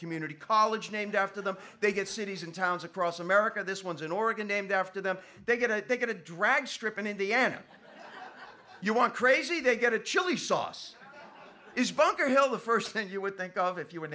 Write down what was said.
community college named after them they get cities and towns across america this one's in oregon named after them they get it they get a drag strip and in the end you want crazy they get a chili sauce is bunker hill the first thing you would think of if you were